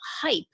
hype